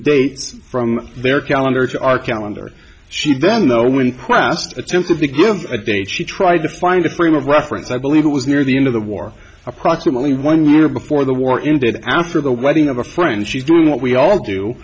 dates from their calendar to our calendar she then though when quest attempted to give a date she tried to find a frame of reference i believe it was near the end of the war approximately one year before the war ended after the wedding of a friend she's doing what we all do